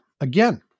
again